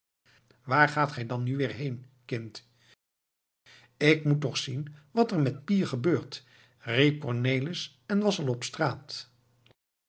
waar gaat gij dan nu weer heen kind ik moet toch zien wat er met pier gebeurt riep cornelis en was al op straat